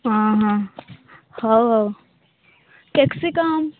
ହଁ ହଁ ହେଉ ହେଉ କାପ୍ସିକମ୍